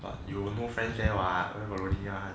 but you will know friends what where got lonely one